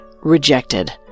rejected